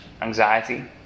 anxiety